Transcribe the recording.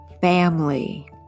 family